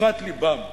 בשפת לבם,